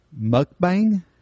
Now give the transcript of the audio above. Mukbang